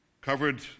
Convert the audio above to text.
covered